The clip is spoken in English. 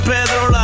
Pedro